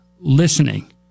listening